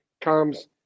comes